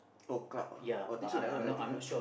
oh club ah oh I think so that one I think so